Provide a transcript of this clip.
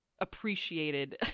appreciated